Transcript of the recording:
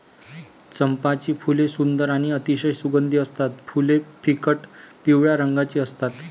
चंपाची फुले सुंदर आणि अतिशय सुगंधी असतात फुले फिकट पिवळ्या रंगाची असतात